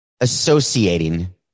associating